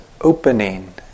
opening